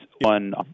one